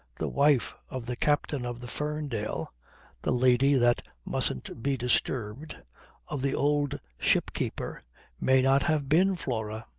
the wife of the captain of the ferndale the lady that mustn't be disturbed of the old ship-keeper may not have been flora.